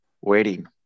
waiting